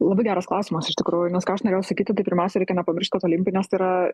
labai geras klausimas iš tikrųjų nes ką aš norėjau sakyti tai pirmiausia reikia nepamiršt kad olimpinės tai yra